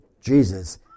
Jesus